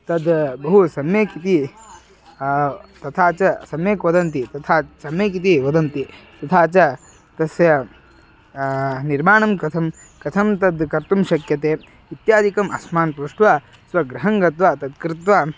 तद् बहु सम्यक् इति तथा च सम्यक् वदन्ति तथा सम्यक् इति वदन्ति तथा च तस्य निर्माणं कथं कथं तद् कर्तुं शक्यते इत्यादिकम् अस्मान् पृष्ट्वा स्वगृहं गत्वा तत् कृत्वा